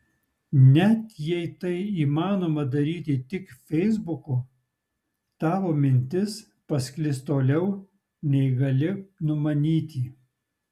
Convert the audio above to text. net jei tai įmanoma daryti tik feisbuku tavo mintis pasklis toliau nei gali numanyti